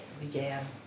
began